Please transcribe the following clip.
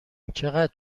چقدر